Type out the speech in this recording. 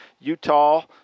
Utah